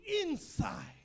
inside